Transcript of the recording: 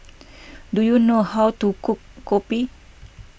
do you know how to cook Kopi